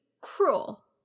cruel